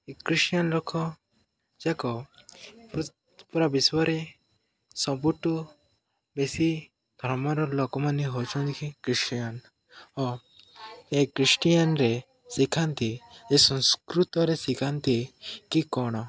ଏ Christian ଲୋକ ଯାକ ପୁରା ବିଶ୍ଵରେ ସବୁଠୁ ବେଶୀ ଧର୍ମର ଲୋକମାନେ ହଉଛନ୍ତି ଖ୍ରୀଷ୍ଟିୟାନ୍ ଓ ଏ ଖ୍ରୀଷ୍ଟିୟାନ୍ରେ ଶିଖାନ୍ତି ଯେ ସଂସ୍କୃତରେ ଶିଖାନ୍ତି କି କ'ଣ